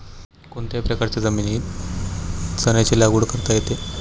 कोणत्याही प्रकारच्या जमिनीत चण्याची लागवड करता येते